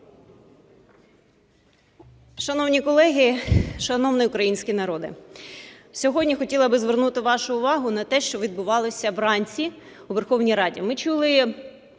Шановні колеги! Шановний український народе! Сьогодні хотіла би звернути вашу увагу на те, що відбувалося вранці у Верховній Раді.